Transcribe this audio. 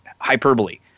hyperbole